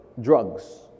drugs